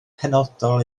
penodol